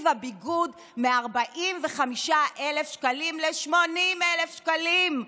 הביגוד מ-45,000 שקלים ל-80,000 שקלים,